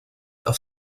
auf